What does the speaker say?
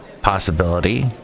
possibility